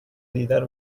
دیدن